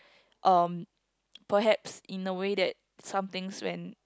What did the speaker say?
um perhaps in a way that some things when